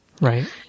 right